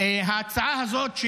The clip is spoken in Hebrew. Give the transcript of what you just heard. ההצעה הזאת,